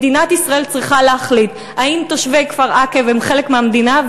מדינת ישראל צריכה להחליט אם תושבי כפר-עקב הם חלק מהמדינה,